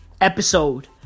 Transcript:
Episode